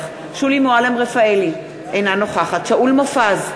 שולי מועלם-רפאלי, אינה נוכחת שאול מופז,